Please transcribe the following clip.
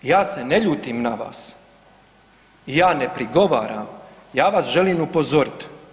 Ja se ne ljutim na vas, ja ne prigovaram, ja vas želim upozorit.